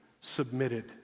submitted